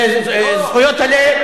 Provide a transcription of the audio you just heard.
לא, רק לזכויות הילד.